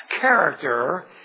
character